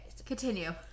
Continue